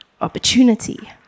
opportunity